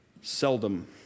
seldom